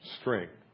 strength